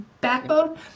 Backbone